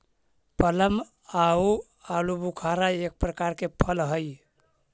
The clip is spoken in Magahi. प्लम आउ आलूबुखारा एक प्रकार के फल हई